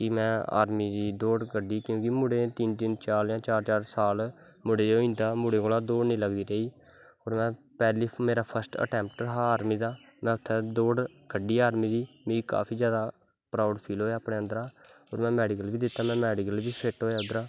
फ्ही में आर्मी दी दौड़ कड्डी क्योंकि मुड़े तिन्न तिन्न साल जां चार चार साल मुड़ें गी होई जंदा मुड़े कोला दा दौड़ नी लगदी रेही और मेरा फर्स्ट अटैंपट ही आर्मी में उत्थें दौड़ कड्डी आर्मी दी मिगी काफी जादा प्राउड़ फील होया अन्दरा दा और में मैडिकल बी दित्ता में मैडिकल बी फिट्ट होया उध्दरा दा